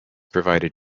provided